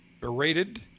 berated